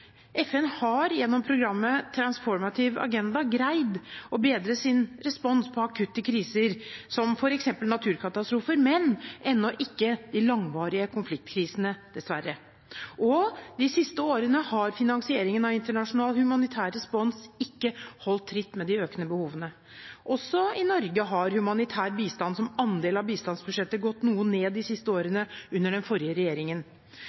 FN har gjennom programmet «Transformative Agenda» greid å bedre sin respons på akutte kriser som f.eks. naturkatastrofer, men ennå ikke de langvarige konfliktkrisene, dessverre. De siste årene har finansieringen av internasjonal humanitær respons ikke holdt tritt med de økende behovene. Også i Norge har humanitær bistand som andel av bistandsbudsjettet gått noe ned de siste årene, under den forrige regjeringen.